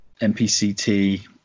MPCT